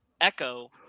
Echo